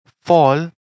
fall